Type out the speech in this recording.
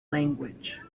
language